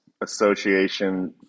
Association